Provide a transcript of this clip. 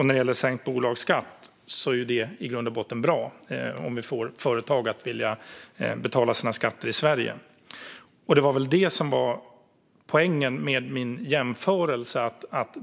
När det gäller sänkt bolagsskatt är det i grund och botten bra om vi får företag att vilja betala sina skatter i Sverige, och det var väl det som var poängen med min jämförelse.